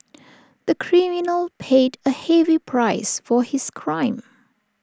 the criminal paid A heavy price for his crime